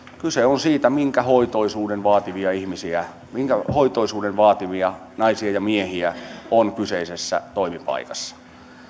kyse on siitä minkä hoitoisuuden vaativia ihmisiä minkä hoitoisuuden vaativia naisia ja miehiä on kyseisessä toimipaikassa